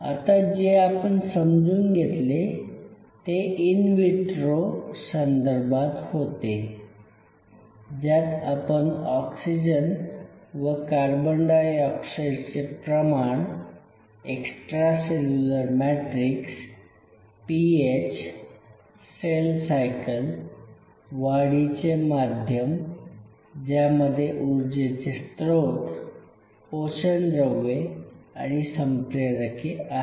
आता जे आपण समजून घेतले ते इन विट्रो संदर्भात होते ज्यात आपण ऑक्सीजन व कार्बन डायऑक्साइड चे प्रमाण extra cellular matrix pH cell cycle वाढीचे माध्यम ज्यामध्ये ऊर्जेचे स्त्रोत पोषणद्रव्ये आणि संप्रेरके आहेत